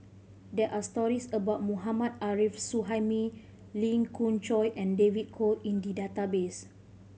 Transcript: there are stories about Mohammad Arif Suhaimi Lee Khoon Choy and David Kwo in the database